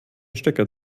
stecker